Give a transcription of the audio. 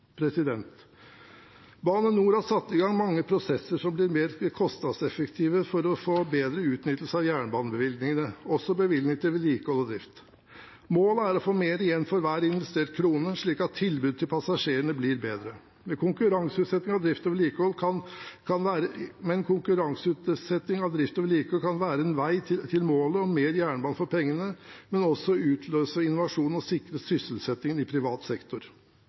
vedtas. Bane NOR har satt i gang mange prosesser som blir mer kostnadseffektive, for å få bedre utnyttelse av jernbanebevilgningene, også bevilgningene til vedlikehold og drift. Målet er å få mer igjen for hver investert krone, slik at tilbudet til passasjerene blir bedre. Konkurranseutsetting av drift og vedlikehold kan være en vei til målet om mer jernbane for pengene, men også utløse innovasjon og sikre sysselsettingen i privat sektor.